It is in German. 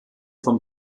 vom